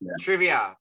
trivia